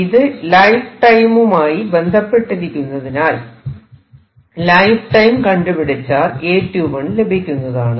ഇത് ലൈഫ് ടൈമുമായി ബന്ധപ്പെട്ടിരിക്കുന്നതിനാൽ ലൈഫ് ടൈം കണ്ടുപിടിച്ചാൽ A21 ലഭിക്കുന്നതാണ്